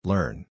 Learn